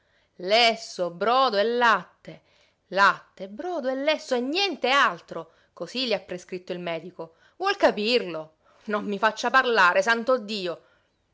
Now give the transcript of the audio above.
lesso brodo e latte latte brodo e lesso e niente altro cosí le ha prescritto il medico vuol capirlo non mi faccia parlare santo dio